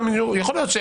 את אומרת שיכול להיות,